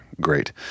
great